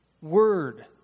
word